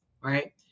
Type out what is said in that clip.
right